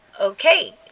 okay